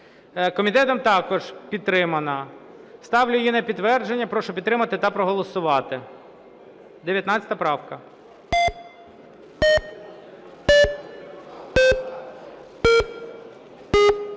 Комітетом також підтримана. Ставлю її на підтвердження. Прошу підтримати та проголосувати. 19 правка. 13:15:15